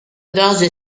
dose